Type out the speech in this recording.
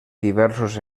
diversos